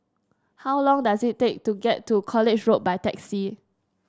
how long does it take to get to College Road by taxi